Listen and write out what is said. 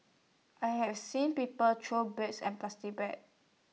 I have seen people throw birds at plastic bags